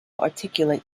articulate